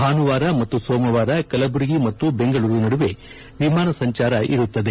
ಭಾನುವಾರ ಮತ್ತು ಸೋಮವಾರ ಕಲಬುರಗಿ ಮತ್ತು ಬೆಂಗಳೂರು ನಡುವೆ ವಿಮಾನ ಸಂಚಾರ ಇರಲಿದೆ